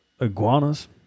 iguanas